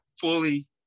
fully